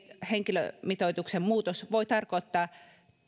henkilömitoituksen muutos voi tarkoittaa